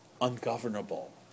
ungovernable